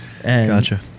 Gotcha